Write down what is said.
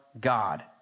God